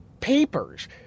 papers